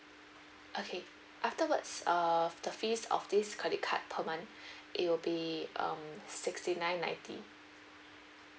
okay afterwards uh the fees of this credit card per month it will be um sixty nine ninety